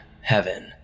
heaven